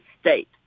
state